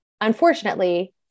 unfortunately